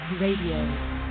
RADIO